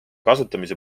kasutamise